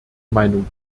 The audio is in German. meinung